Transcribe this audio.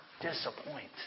disappoint